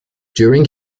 during